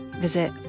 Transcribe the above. visit